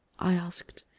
i asked.